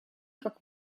как